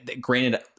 granted